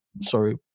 Sorry